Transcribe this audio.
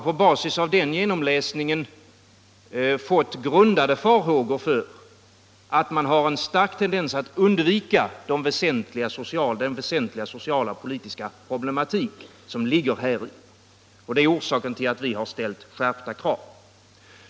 På basis av den genomläsningen har jag fått grundade farhågor för att man har en stark tendens att undvika den väsentliga sociala och politiska problematik som ligger häri — och det är orsaken till att vi har ställt skärpta krav.